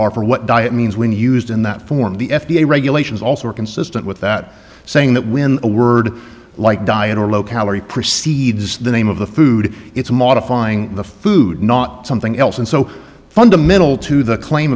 what diet means when used in that form the f d a regulations also are consistent with that saying that when a word like diet or low calorie precedes the name of the food it's modifying the food not something else and so fundamental to the claim